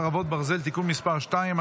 חרבות ברזל) (תיקון מס' 2),